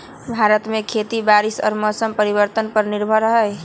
भारत में खेती बारिश और मौसम परिवर्तन पर निर्भर हई